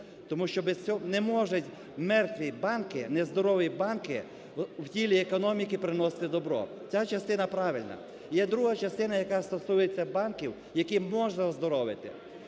Тому що не можуть мертві банки, не здорові банки в тілі економіки приносити добро, ця частина правильна. Є друга частина, яка стосується банків, які можна оздоровити.